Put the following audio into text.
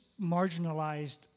marginalized